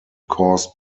caused